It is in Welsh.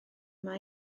yma